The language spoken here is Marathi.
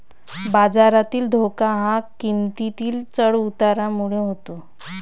बाजारातील धोका हा किंमतीतील चढ उतारामुळे होतो